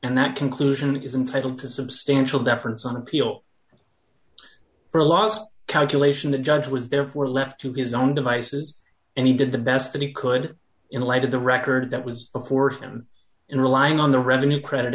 and that conclusion is entitled to substantial deference on appeal for a lot of calculation the judge was therefore left to his own devices and he did the best that he could in light of the record that was of course him in relying on the revenue credit